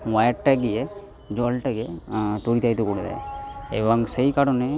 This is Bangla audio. ওয়্যারটা গিয়ে জলটাকে তড়িদাহত করে দেয় এবং সেই কারণে